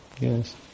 Yes